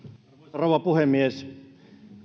rouva puhemies kyllä